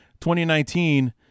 2019